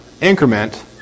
increment